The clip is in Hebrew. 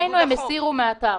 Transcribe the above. כן, לבקשתנו הם הסירו מהאתר.